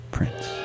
Prince